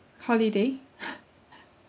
holiday